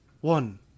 One